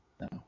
no